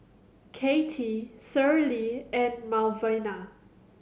Kattie Shirlie and Malvina